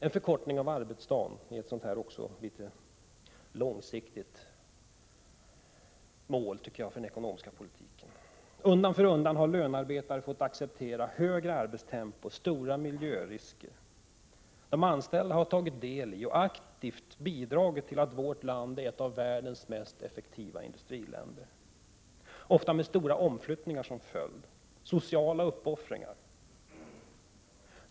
En förkortning av arbetsdagen är också ett långsiktigt mål för den ekonomiska politiken. Undan för undan har lönearbetare fått acceptera högre arbetstempo och stora miljörisker. De anställda har tagit del i och aktivt bidragit till att vårt land är ett av världens mest effektiva industriländer. Ofta med stora omflyttningar och sociala uppoffringar som följd.